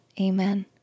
Amen